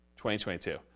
2022